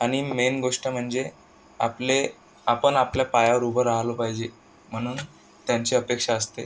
आणि मेन गोष्ट म्हणजे आपले आपण आपल्या पायावर उभं राहिलं पाहिजे म्हणून त्यांची अपेक्षा असते